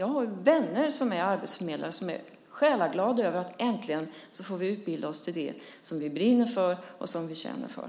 Jag har vänner som är arbetsförmedlare som är själaglada över att de äntligen får utbilda sig till det de brinner för och känner för.